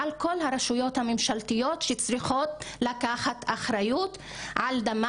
על כל הרשויות הממשלתיות שצריכות לקחת אחריות על דמן